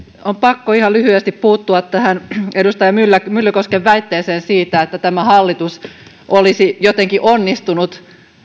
on pakko ihan lyhyesti puuttua tähän edustaja myllykosken väitteeseen siitä että tämä hallitus olisi jotenkin onnistunut